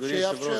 אדוני היושב-ראש.